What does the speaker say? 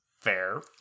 fair